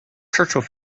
churchill